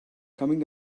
coming